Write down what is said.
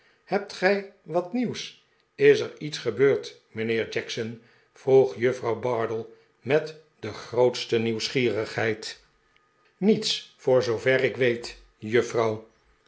hebt gij wat nieuws is er lets gebeurd mijnheer jackson vroeg juffrouw bardell met de grootste nieuwsgierigheid niets voor zoover ik weet juffrouw